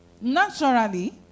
naturally